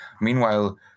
Meanwhile